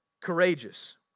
courageous